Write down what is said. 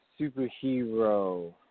Superhero